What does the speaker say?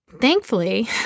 Thankfully